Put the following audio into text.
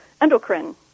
endocrine